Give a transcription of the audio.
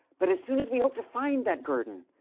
but as soon as we hope to find that guerdon,